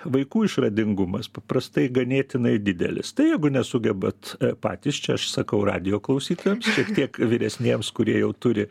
vaikų išradingumas paprastai ganėtinai didelis tai jeigu nesugebat patys čia aš sakau radijo klausytojams šiek tiek vyresniems kurie jau turi